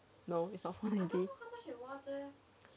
no it's not